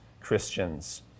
Christians